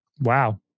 Wow